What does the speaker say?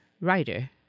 writer